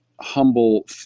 humble